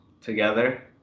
together